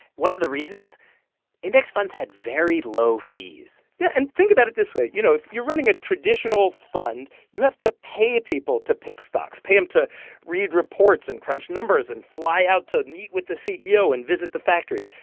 one of the reasons index funds had very low fees yeah. and think about it this way you know, if you're running a traditional fund, you have to pay people to pick stocks, pay them to read reports and crunch numbers and fly out to meet with the ceo and visit the factory.